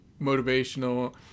motivational